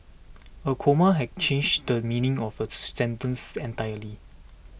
a comma change the meaning of a sentence entirely